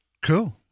Cool